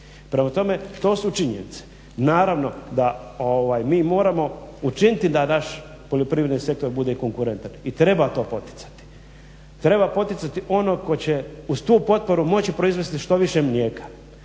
Prema tome, to su činjenice. Naravno da mi moramo učiniti da naš poljoprivredni sektor bude konkurentan i treba to poticati, treba poticati ono ko će uz tu potporu moći proizvesti što više mlijeka,